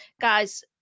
Guys